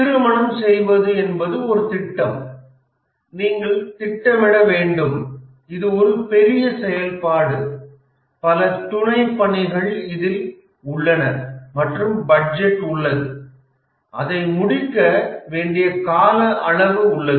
திருமணம் செய்வது என்பது ஒரு திட்டம் நீங்கள் திட்டமிட வேண்டும் இது ஒரு பெரிய செயல்பாடு பல துணை பணிகள் இதில் உள்ளன மற்றும் பட்ஜெட் உள்ளது அதை முடிக்க வேண்டிய கால அளவு உள்ளது